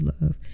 love